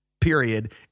period